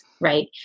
right